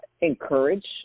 encourage